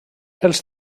els